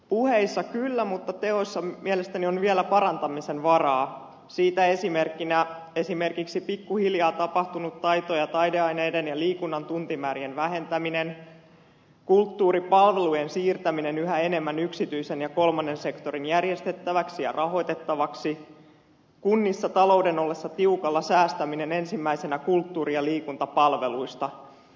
puheissa kyllä mutta teoissa mielestäni on vielä parantamisen varaa siitä esimerkkinä esimerkiksi pikkuhiljaa tapahtunut taito ja taideaineiden ja liikunnan tuntimäärien vähentäminen kulttuuripalvelujen siirtäminen yhä enemmän yksityisen ja kolmannen sektorin järjestettäväksi ja rahoitettavaksi kunnissa talouden ollessa tiukalla säästäminen ensimmäisenä kulttuuri ja liikuntapalveluista